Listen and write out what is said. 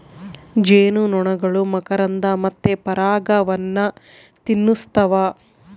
ಜೇನುನೊಣಗಳು ಮಕರಂದ ಮತ್ತೆ ಪರಾಗವನ್ನ ತಿನ್ನುತ್ತವ